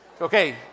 okay